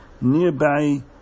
nearby